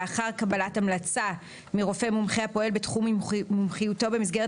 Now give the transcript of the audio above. לאחר קבלת המלצה מרופא מומחה הפועל בתחום מומחיותו במסגרת